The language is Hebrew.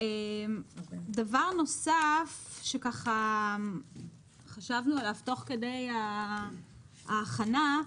דבר נוסף שחשבנו עליו תוך כדי ההכנה.